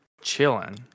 chilling